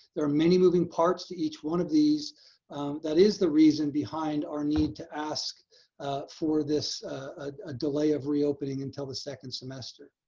there are many moving parts to each one of these that is the reason behind our need to ask for this ah delay of reopening until the second semester.